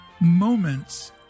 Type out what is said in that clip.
moments